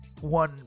one